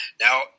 now